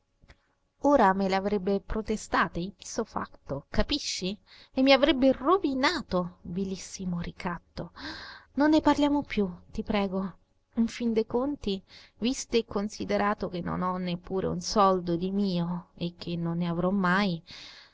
ora me le avrebbe protestate ipso facto capisci e mi avrebbe rovinato vilissimo ricatto non ne parliamo più ti prego in fin de conti visto e considerato che non ho neppure un soldo di mio e che non ne avrò mai